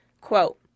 Quote